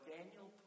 Daniel